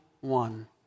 one